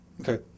Okay